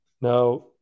Now